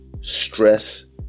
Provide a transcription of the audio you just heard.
stress